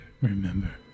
remember